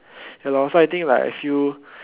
ya lor so I think I like I feel